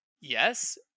Yes